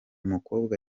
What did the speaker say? mukobwa